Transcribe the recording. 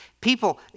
people